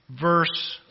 verse